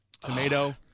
tomato